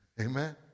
Amen